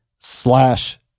Slash